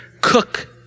cook